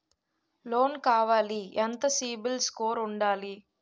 Loan కావాలి ఎంత CIBIL score ఉండాలి?